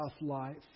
life